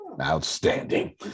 Outstanding